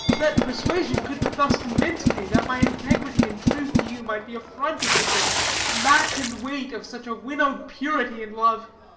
that persuasion could but thus convince me that my integrity and truth to you might be affronted with the match and weight of such a winnowed purity in love.